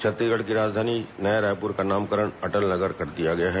छत्तीसगढ़ की राजधानी नया रायपुर का नामकरण अटल नगर कर दिया गया है